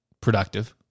productive